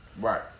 Right